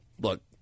look